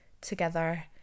together